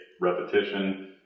repetition